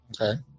Okay